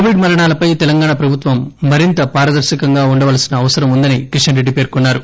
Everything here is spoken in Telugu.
కోవిడ్ మరణాలపై తెలంగాణ ప్రభుత్వం మరింత పారదర్రకంగా ఉండవలసిన అవసరం ఉందని కిషన్రెడ్డి పేర్కొన్నారు